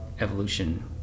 evolution